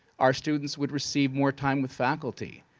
our students would receive more time with faculty.